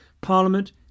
Parliament